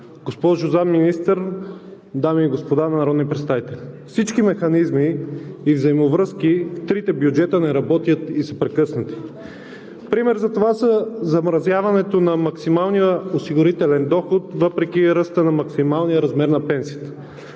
госпожо Заместник-министър, дами и господа народни представители! Всички механизми и взаимовръзки в трите бюджета не работят и са прекъснати. Пример за това са замразяването на максималния осигурителен доход, въпреки ръста на максималния размер на пенсията.